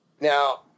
Now